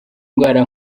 ndwara